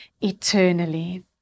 eternally